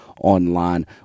online